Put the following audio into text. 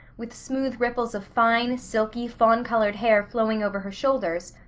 with smooth ripples of fine, silky, fawn-colored hair flowing over her shoulders,